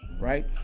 right